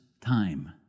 time